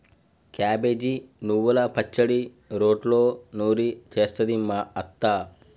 cabbage నువ్వల పచ్చడి రోట్లో నూరి చేస్తది మా అత్త